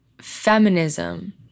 feminism